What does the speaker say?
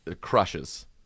crushes